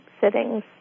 sittings